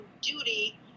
duty